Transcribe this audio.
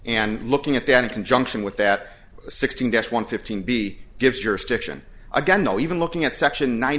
and looking at that in conjunction with that sixteen gets one fifteen b gives your stiction again though even looking at section nine